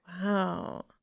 wow